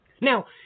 Now –